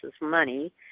money